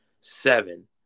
Seven